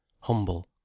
humble